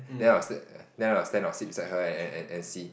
then I was then I was stand or sit beside her and and and see